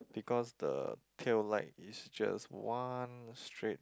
because the pale light is just one straight